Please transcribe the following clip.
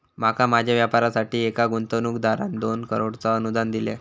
माका माझ्या व्यापारासाठी एका गुंतवणूकदारान दोन करोडचा अनुदान दिल्यान